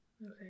Okay